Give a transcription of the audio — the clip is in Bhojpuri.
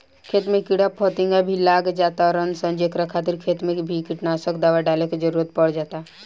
खेत में कीड़ा फतिंगा भी लाग जातार सन जेकरा खातिर खेत मे भी कीटनाशक डाले के जरुरत पड़ जाता